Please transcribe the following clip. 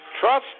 Trust